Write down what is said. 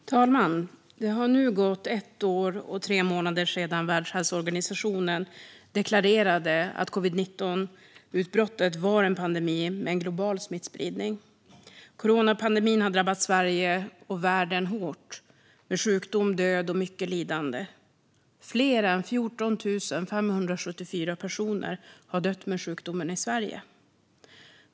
Fru talman! Det har nu gått ett år och tre månader sedan Världshälsoorganisationen deklarerade att covid-19-utbrottet var en pandemi med en global smittspridning. Coronapandemin har drabbat Sverige och världen hårt med sjukdom, död och mycket lidande. Fler än 14 574 personer har dött med sjukdomen i Sverige.